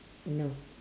no